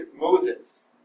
Moses